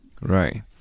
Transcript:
Right